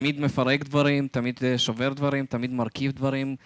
תמיד מפרק דברים, תמיד שובר דברים, תמיד מרכיב דברים